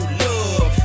love